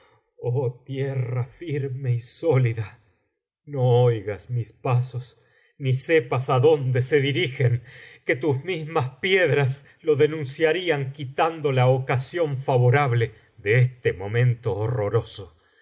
oh tierra firme y sólida no oigas mis pasos ni sepas á donde se dirigen que tus mismas piedras lo denunciarían quitando la ocasión favorable de este momento horroroso